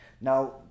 Now